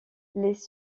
les